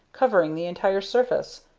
covering the entire surface,